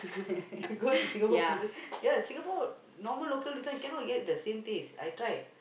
got to Singapore prison ya Singapore normal local this one cannot get the same taste I tried